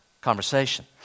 Conversation